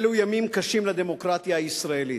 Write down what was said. אלו ימים קשים לדמוקרטיה הישראלית,